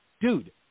Dude